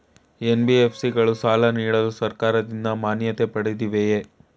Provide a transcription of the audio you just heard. NBFC ಗಳು ಸಾಲ ನೀಡಲು ಸರ್ಕಾರದಿಂದ ಮಾನ್ಯತೆ ಪಡೆದಿವೆಯೇ?